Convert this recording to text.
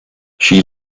she